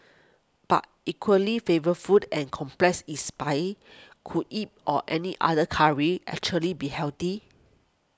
but equally flavour food and complex in spice could it or any other curry actually be healthy